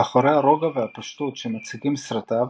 מאחורי הרוגע והפשטות שמציגים סרטיו,